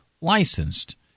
licensed